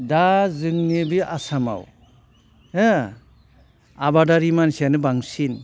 दा जोंनि बे आसामाव हो आबादारि मानसियानो बांसिन